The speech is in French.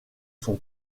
son